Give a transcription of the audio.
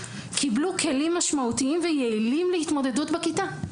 קיבלו כלים משמעותיים ויעילים להתמודדות בכיתה.